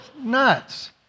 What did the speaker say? nuts